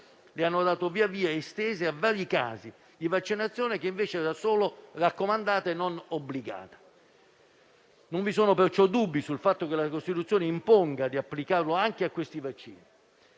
lo hanno esteso a vari casi di vaccinazione che invece era solo raccomandata e non obbligata. Non vi sono perciò dubbi sul fatto che la Costituzione imponga di applicarlo anche a questi vaccini;